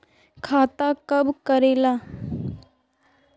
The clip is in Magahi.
खाता कब करेला?